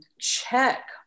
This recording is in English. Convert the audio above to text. check